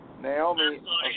Naomi